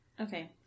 Okay